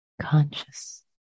Conscious